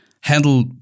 handle